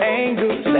angles